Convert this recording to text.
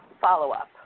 follow-up